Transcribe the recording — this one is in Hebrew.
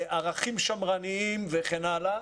ערכים שמרניים וכן הלאה,